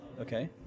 Okay